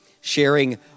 sharing